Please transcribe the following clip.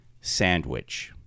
sandwich